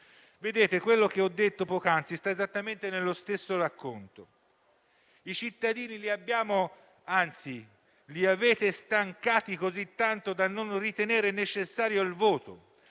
suppletive: quello che ho detto poc'anzi sta esattamente nello stesso racconto. I cittadini li abbiamo, anzi li avete stancati così tanto da non ritenere necessario il voto.